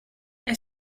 est